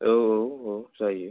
औ औ औ जायो